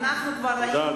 אדוני, תודה.